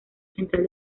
central